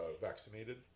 vaccinated